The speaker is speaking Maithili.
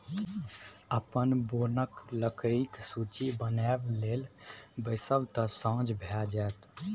अपन बोनक लकड़ीक सूची बनाबय लेल बैसब तँ साझ भए जाएत